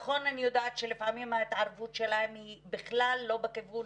אני יודעת שלפעמים ההתערבות שלהם היא בכלל לא בכיוון